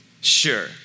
sure